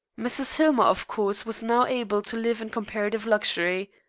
mrs. hillmer, of course, was now able to live in comparative luxury.